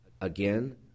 Again